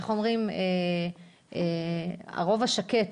אולי הרוב השקט